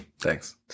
Thanks